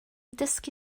dysgu